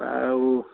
ଆଉ